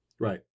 Right